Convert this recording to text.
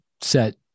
set